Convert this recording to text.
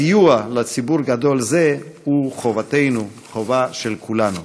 הסיוע לציבור גדול זה הוא חובתנו, חובה של כולנו.